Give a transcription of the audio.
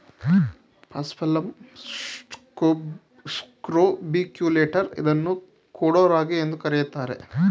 paspalum scrobiculatum ಇದನ್ನು ಕೊಡೋ ರಾಗಿ ಎಂದು ಕರಿತಾರೆ